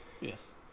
Yes